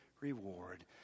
reward